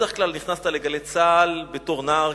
בדרך כלל נכנסת ל"גלי צה"ל" בתור נער,